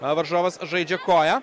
varžovas žaidžia koją